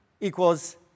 equals